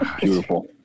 Beautiful